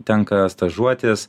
tenka stažuotis